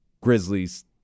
Grizzlies